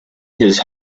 his